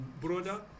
brother